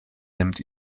nimmt